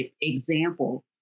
example